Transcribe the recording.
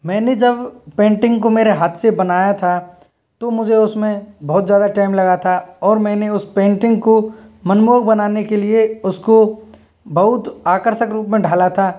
मैंने जब पेंटिंग को मेरे हाथ से बनाया था तो मुझे उसमें बहुत ज़्यादा टाइम लगा था और मैंने उस पेंटिंग को मनमोह बनाने के लिए उसको बहुत आकर्षक रूप में ढाला था